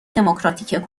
دموکراتیک